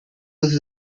was